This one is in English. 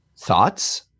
thoughts